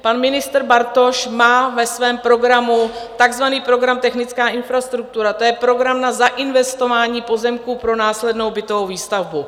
Pan ministr Bartoš má ve svém programu takzvaný program Technická infrastruktura, to je program na zainvestování pozemků pro následnou bytovou výstavbu.